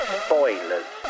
spoilers